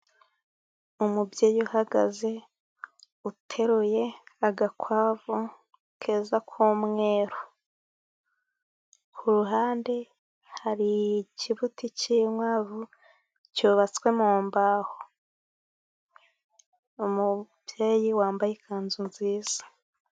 Umubyeyi uhagaze uteruye agakwavu keza k'umweru ku ruhande hari ikibuti cy'inkwavu cyubatswe mu mbaho, umubyeyi wambaye ikanzu nziza.